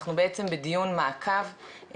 אנחנו בעצם בדיון מעקב,